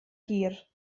hir